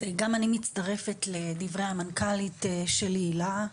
גם אני מצטרפת לדברי המנכ"לית שלי, הילה,